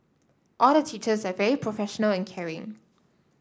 all the teachers are very professional and caring